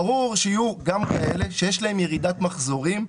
ברור שיהיו גם כאלה שיש להם ירידת מחזורים.